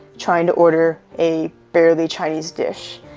trying to order a barely chinese dish.